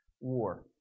War